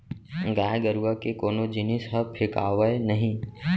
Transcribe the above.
गाय गरूवा के कोनो जिनिस ह फेकावय नही